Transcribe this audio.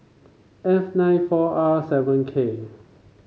F nine four R seven K